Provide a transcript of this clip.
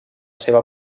seva